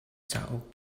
cauk